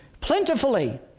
plentifully